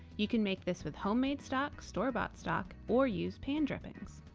you can make this with homemade stock, store-bought stock or use pan drippings.